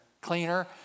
cleaner